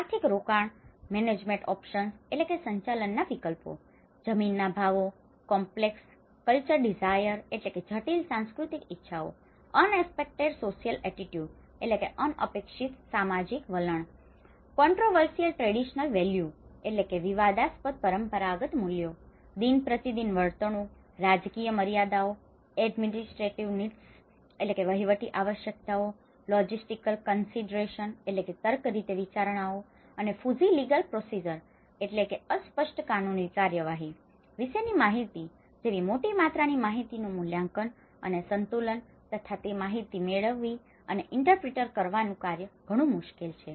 આર્થિક રોકાણ management options management options સંચાલનના વિકલ્પો જમીનના ભાવો complex culture desire complex cultural desiresજટિલ સાંસ્કૃતિક ઇચ્છાઓ unexpected social attitude unexpected social attitudes અનપેક્ષિત સામાજિક વલણ controversial traditional value controversial traditional values વિવાદાસ્પદ પરંપરાગત મૂલ્યો દિન પ્રતિદિન વર્તણૂક રાજકીય મર્યાદાઓ એડમિનિસ્ટ્રેટિવ નિડસ administrative needs વહીવટી આવશ્યકતાઓ લોજિસ્ટિકલ કન્સીડરેશન logistical considerations તર્કરીતે વિચારણાઓ અને fuzzy legal procedure fuzzy legal procedures અસ્પષ્ટ કાનૂની કાર્યવાહી વિશેની માહિતી જેવી મોટી માત્રાની માહિતીનું મૂલ્યાંકન અને સંતુલન તથા તે માહિતી મેળવવી અને ઇન્ટરપ્રીટ કરવાનું કાર્ય ઘણું મુશ્કેલ છે